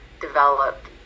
developed